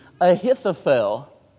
Ahithophel